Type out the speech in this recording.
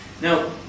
now